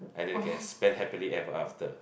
and then you can spend happily ever after